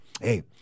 hey